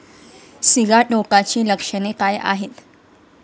सिगाटोकाची लक्षणे काय आहेत?